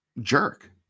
jerk